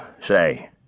say